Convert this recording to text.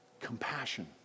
Compassion